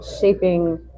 shaping